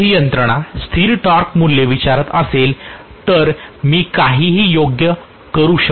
जर माझी यंत्रणा स्थिर टॉर्क मूल्य विचारत असेल तर मी काहीही योग्य करू शकत नाही